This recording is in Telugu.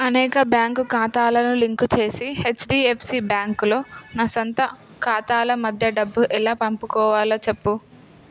అనేక బ్యాంకు ఖాతాలను లింకు చేసి హెచ్డిఎఫ్సి బ్యాంక్లో నా స్వంత ఖాతాల మధ్య డబ్బు ఎలా పంపుకోవాలో చెప్పు